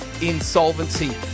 insolvency